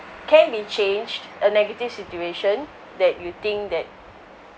can be changed a negative situation that you think that